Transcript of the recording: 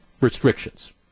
restrictions